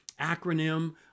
acronym